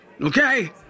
okay